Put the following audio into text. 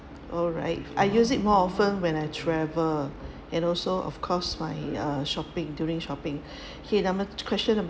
alright I use it more often when I travel and also of course my uh shopping during shopping here number question number